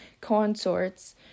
consorts